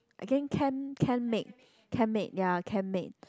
I can can Canmake Canmake ya Canmake